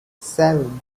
seven